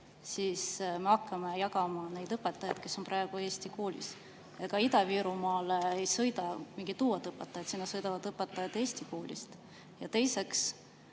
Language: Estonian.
siis me hakkame jagama neid õpetajaid, kes on praegu eesti koolis. Ega Ida-Virumaale ei sõida mingid uued õpetajad, sinna sõidavad õpetajad eesti koolist. Ja teiseks,